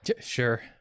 sure